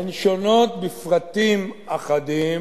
הן שונות בפרטים אחדים,